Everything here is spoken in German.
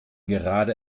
gerade